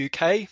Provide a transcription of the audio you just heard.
UK